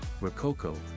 Rococo